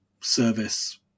service